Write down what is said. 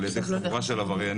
על ידי חבורה של עבריינים,